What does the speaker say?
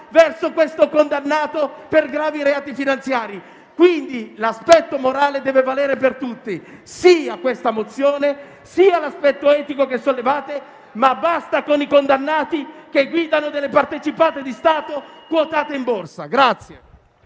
verso questo condannato per gravi reati finanziari? L'aspetto morale deve valere quindi per tutti. Sì dunque a questa mozione, sì all'aspetto etico che sollevate, ma basta con i condannati che guidano delle partecipate di Stato quotate in borsa.